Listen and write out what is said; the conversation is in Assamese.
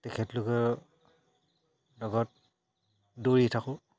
তেখেতলোকৰ লগত দৌৰি থাকোঁ